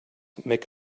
make